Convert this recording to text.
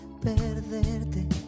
Perderte